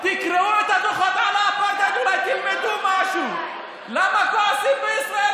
אז על מה אתם כועסים כשאומרים לכם